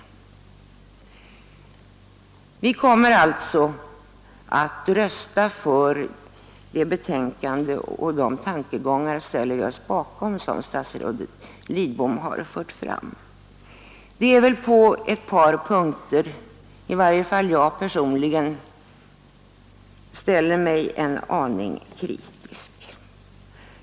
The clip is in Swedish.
Vi kommer alltså att rösta för detta betänkande, och vi ställer oss bakom de tankegångar som statsrådet Lidbom har fört fram. Det är på ett par punkter som i varje fall jag personligen ställer mig en aning kritisk.